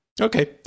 Okay